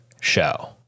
show